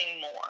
more